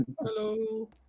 Hello